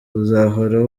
uzahora